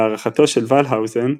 להערכתו של ולהאוזן,